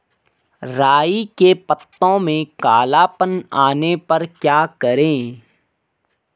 राई के पत्तों में काला पन आने पर क्या करें?